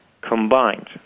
combined